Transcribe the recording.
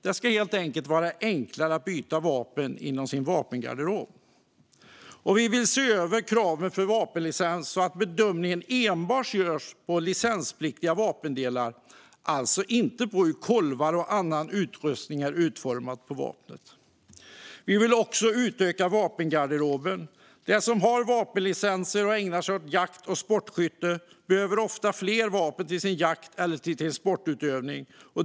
Det ska helt enkelt vara enklare att byta vapen inom sin vapengarderob. Vi vill se över kraven för vapenlicens, så att bedömning enbart görs av licenspliktiga vapendelar och inte av hur kolvar och annan utrustning är utformade på vapnet. Vi vill även utöka vapengarderoben. De som har vapenlicenser och ägnar sig åt jakt och sportskytte behöver ofta fler vapen till sin jakt eller till sin sportutövning.